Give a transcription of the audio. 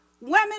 women